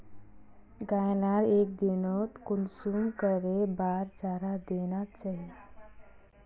गाय लाक एक दिनोत कुंसम करे बार चारा देना चही?